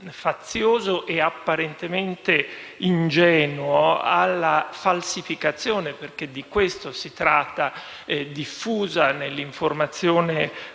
fazioso e apparentemente ingenuo, alla falsificazione - perché di questo si tratta - diffusa nell’informazione quotidiana